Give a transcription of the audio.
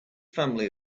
family